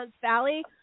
Valley